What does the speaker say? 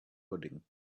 pudding